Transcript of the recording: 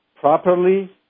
properly